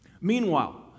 Meanwhile